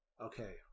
okay